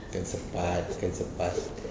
ikan sepat ikan sepat